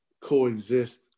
coexist